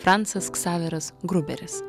francas ksaveras gruberis